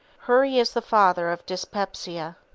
hurry is the father of dyspepsia.